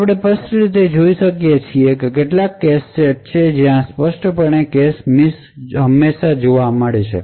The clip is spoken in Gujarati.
આપણે સ્પષ્ટ રીતે જોઈ શકીએ છીએ કે કેટલાક કેશ સેટ્સ છે જ્યાં સ્પષ્ટપણે કેશ મિસ હંમેશા જોવા મળે છે